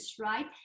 right